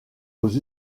aux